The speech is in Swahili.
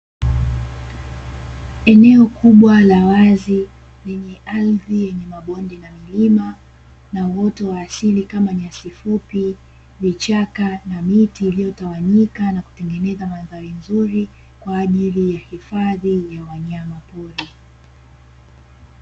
Eneo kubwa la wazi lenye ardhi yenye mabonde na milima na uoto wa asili kama nyasi fupi, vichaka, na miti iliyotawanyika na kutengeneza mandhari nzuri kwaajili ya hifadhi ya wanyama pori.